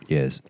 Yes